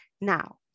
now